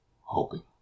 hoping